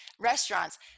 restaurants